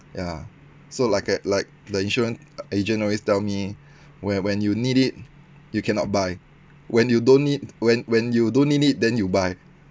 yeah so like uh like the insurance agent always tell me where when you need it you cannot buy when you don't need when when you don't need it then you buy